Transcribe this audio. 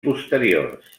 posteriors